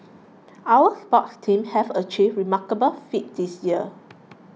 our sports team have achieved remarkable feats this year